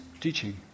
teaching